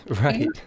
Right